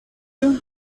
you